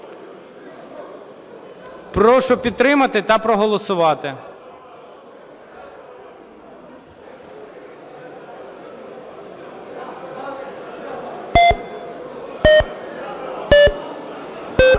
Прошу підтримати та проголосувати.